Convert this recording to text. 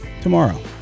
tomorrow